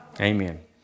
Amen